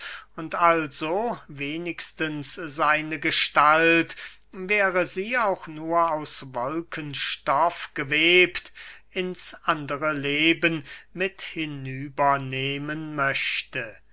und also wenigstens seine gestalt wäre sie auch nur aus wolkenstoff gewebt ins andere leben mit hinüber nehmen möchte